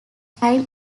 time